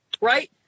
right